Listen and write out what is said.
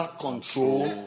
control